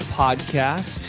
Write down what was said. podcast